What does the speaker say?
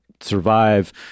survive